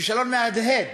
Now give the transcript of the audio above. כישלון מהדהד